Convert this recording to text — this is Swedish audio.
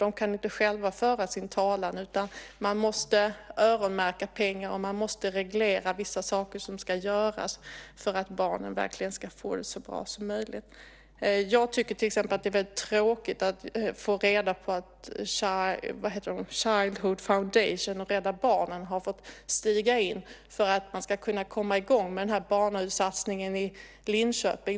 De kan inte själva föra sin talan, utan man måste öronmärka pengar och reglera vissa saker som ska göras för att barnen verkligen ska få det så bra som möjligt. Jag tycker till exempel att det är väldigt tråkigt att Childhood Foundation och Rädda Barnen har fått stiga in för att man ska kunna komma i gång med barnahussatsningen i Linköping.